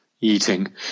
eating